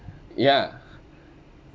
ya